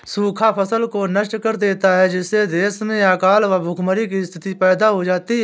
सूखा फसल को नष्ट कर देता है जिससे देश में अकाल व भूखमरी की स्थिति पैदा हो जाती है